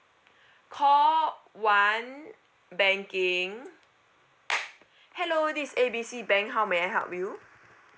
call one banking hello this A B C bank how may I help you